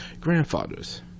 grandfathers